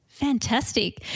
Fantastic